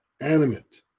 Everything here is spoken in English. animate